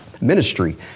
ministry